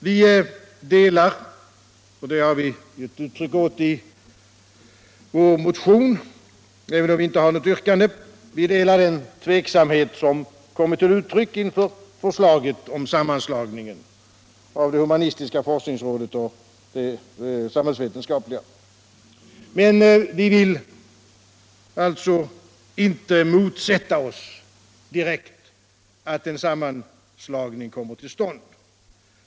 Vi delar — och det har vi gett uttryck åt i vår motion, även om vi på den punkten inte har något yrkande —- den tveksamhet som kommit till uttryck inför förslaget om sammanslagning av det humanistiska forskningsrådet och det samhällsvetenskapliga. Men vi vill alltså inte direkt motsätta oss att en sammanslagning kommer till stånd.